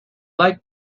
like